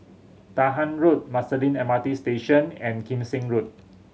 Dahan Road Marsiling M R T Station and Kim Seng Road